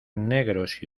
negros